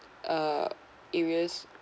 uh areas